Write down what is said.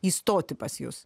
įstoti pas jus